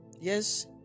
Yes